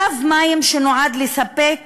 קו מים שנועד לספק